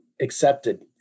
accepted